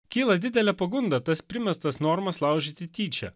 kyla didelė pagunda tas primestas normas laužyti tyčia